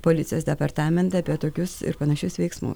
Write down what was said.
policijos departamentą apie tokius ir panašius veiksmus